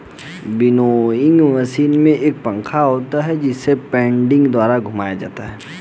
winnowing machine में एक पंखा होता है जिसे पेडलिंग द्वारा घुमाया जाता है